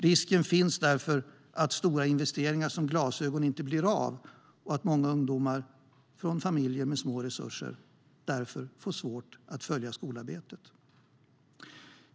Risken finns därför att stora investeringar som glasögon inte blir av och att många ungdomar från familjer med små resurser får svårt att följa skolarbetet.